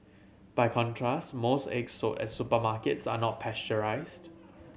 by contrast most eggs sold at supermarkets are not pasteurised